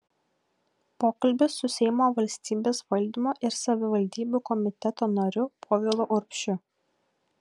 pokalbis su seimo valstybės valdymo ir savivaldybių komiteto nariu povilu urbšiu